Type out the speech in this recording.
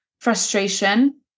frustration